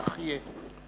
וכך יהיה.